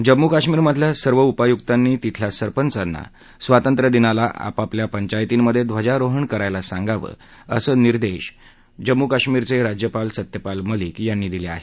जम्मू कश्मीरमधल्या सर्व उपायुक्तांनी तिथल्या सरपंचांना स्वातंत्र्य दिनाला आपापल्या पंचायतींमध्ये ध्वजारोहण करायला सांगावं असे निर्देश जम्मू कश्मीरचे राज्यपाल सत्यपाल मलिक यांनी दिले आहेत